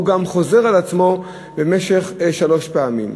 הוא גם חוזר על עצמו שלוש פעמים.